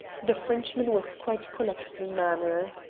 the frenchman was quite collected in manner.